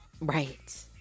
right